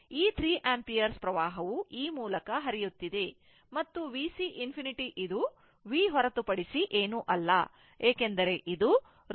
ಈ 3 ampere ವಿದ್ಯುತ್ ಈ ಮೂಲಕ ಹರಿಯುತ್ತಿದೆ ಮತ್ತು VC ∞ ಇದು V ಹೊರತುಪಡಿಸಿ ಏನೂ ಅಲ್ಲ ಏಕೆಂದರೆ ರೋಧಕ 60 ಯಲ್ಲಿರುವ ವೋಲ್ಟೇಜ್ ಆಗಿದೆ